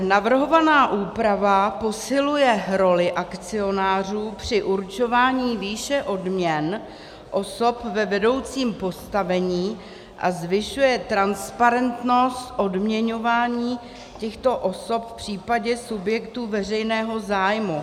Navrhovaná úprava posiluje roli akcionářů při určování výše odměn osob ve vedoucím postavení a zvyšuje transparentnost odměňování těchto osob v případě subjektů veřejného zájmu.